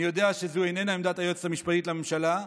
אני יודע שזו איננה עמדת היועצת המשפטית לממשלה,